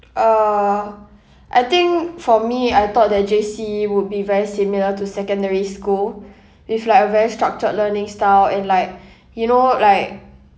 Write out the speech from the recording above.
uh I think for me I thought that J_C would be very similar to secondary school with like a very structured learning style and like you know like